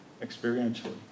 experientially